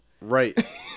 Right